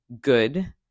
good